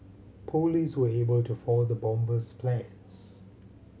police were able to foil the bomber's plans